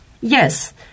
Yes